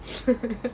slippers